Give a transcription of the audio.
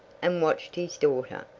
and watched his daughter.